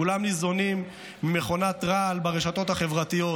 כולם ניזונים ממכונת רעל ברשתות החברתיות.